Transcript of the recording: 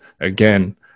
again